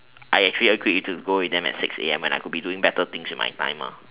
I actually agreed to go with them at six A_M when I could have been doing better things with my life